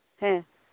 ᱦᱮᱸ